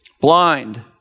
blind